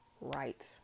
right